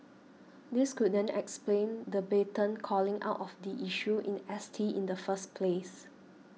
this could then explain the blatant calling out of the issue in S T in the first place